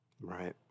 Right